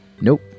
Nope